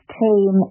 team